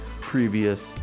previous